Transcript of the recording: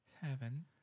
seven